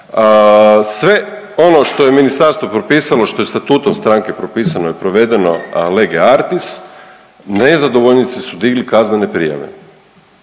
sve ono što je ministarstvo propisalo, što je statutom stranke propisano je provedene lege artis, nezadovoljnici su digli kaznene prijave.